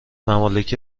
ممالک